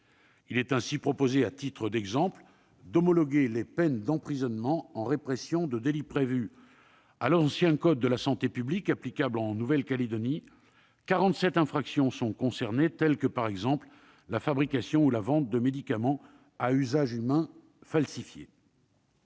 Il est ainsi proposé d'homologuer des peines d'emprisonnement en répression de délits prévus à l'ancien code de la santé publique, applicable en Nouvelle-Calédonie ; 47 infractions sont concernées, telles que la fabrication ou la vente de médicaments falsifiés,